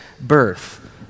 birth